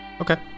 Okay